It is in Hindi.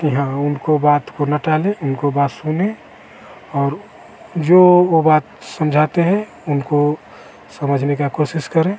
कि हाँ उनको बात को न टालें उनको बात सुनें और जो वो बात समझाते हैं उनको समझने का कोशिश करें